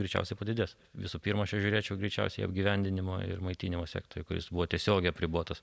greičiausiai padidės visų pirma aš čia žiūrėčiau greičiausiai į apgyvendinimo ir maitinimo sektorių kuris buvo tiesiogiai apribotas